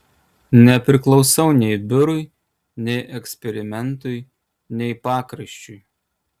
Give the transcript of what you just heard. nepriklausau nei biurui nei eksperimentui nei pakraščiui